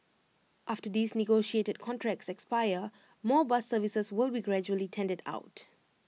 after these negotiated contracts expire more bus services will be gradually tendered out